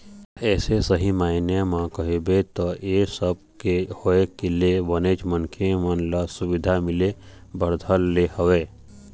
अइसे सही मायने म कहिबे त ऐ सब के होय ले बनेच मनखे मन ल सुबिधा मिले बर धर ले हवय